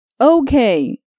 Okay